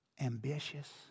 Ambitious